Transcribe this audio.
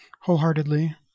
wholeheartedly